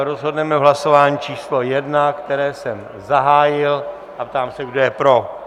Rozhodneme v hlasování číslo 1, které jsem zahájil, a ptám se, kdo je pro.